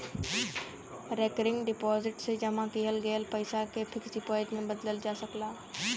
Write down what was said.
recurring deposit से जमा किहल गयल पइसा के फिक्स डिपाजिट में बदलल जा सकला